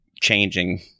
changing